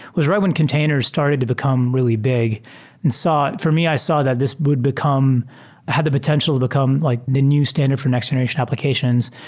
was right when containers started to become really big and saw for me, i saw that this would become i had the potential to become like the new standard for next generation applications.